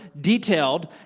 detailed